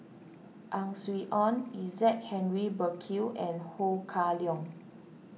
Ang Swee Aun Isaac Henry Burkill and Ho Kah Leong